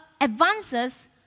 advances